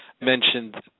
mentioned